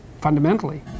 fundamentally